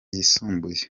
yisumbuye